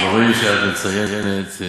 הדברים שאת מציינת,